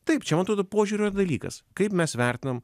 taip čia man atrodo požiūrio dalykas kaip mes vertinam